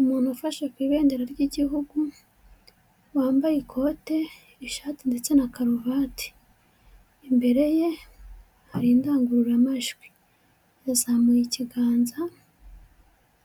Umuntu ufashe ku ibendera ry'igihugu, wambaye ikote, ishati ndetse na karuvati. Imbere ye hari indangururamajwi, yazamuye ikiganza